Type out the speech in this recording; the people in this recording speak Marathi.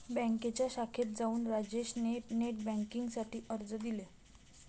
बँकेच्या शाखेत जाऊन राजेश ने नेट बेन्किंग साठी अर्ज दिले